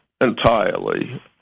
entirely